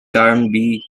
granby